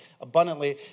abundantly